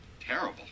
terrible